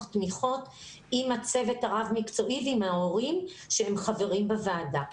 תמיכות עם הצוות הרב מקצועי ועם ההורים שהם חברים בוועדה.